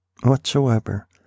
whatsoever